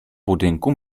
budynku